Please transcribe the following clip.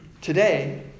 Today